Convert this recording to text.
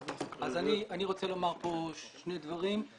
אני רוצה לומר כאן שני דברים.